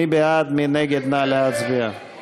בעד 51, נגד, 61, אין נמנעים.